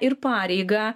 ir pareigą